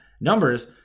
numbers